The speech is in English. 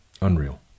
Unreal